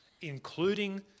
including